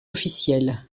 officielle